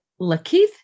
Lakeith